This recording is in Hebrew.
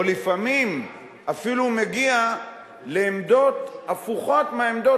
או לפעמים אפילו מגיע לעמדות הפוכות מהעמדות